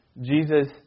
Jesus